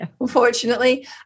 Unfortunately